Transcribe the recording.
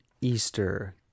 easter